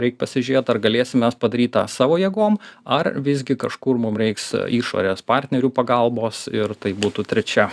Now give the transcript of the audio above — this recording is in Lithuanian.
reik pasižiūrėt ar galėsim mes padaryt tą savo jėgom ar visgi kažkur mum reiks išorės partnerių pagalbos ir tai būtų trečia